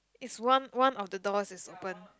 it's one one of the doors is open